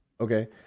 Okay